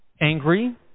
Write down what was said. angry